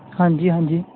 ਹਾਂਜੀ ਹਾਂਜੀ